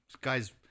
guys